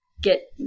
get